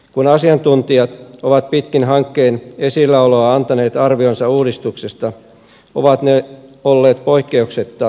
kun asiantuntijat ovat pitkin hankkeen esilläoloa antaneet arvionsa uudistuksesta ovat ne olleet poikkeuksetta kritisoivia